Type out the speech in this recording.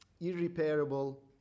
irreparable